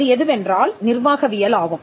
அது எதுவென்றால் நிர்வாகவியல் ஆகும்